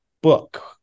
book